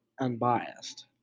unbiased